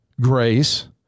grace